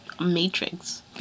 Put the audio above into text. matrix